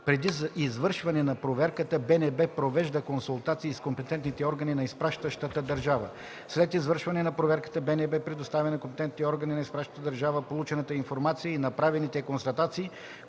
Преди извършване на проверката БНБ провежда консултации с компетентните органи на изпращащата държава. След извършване на проверката БНБ предоставя на компетентните органи на изпращащата държава получената информация и направените констатации,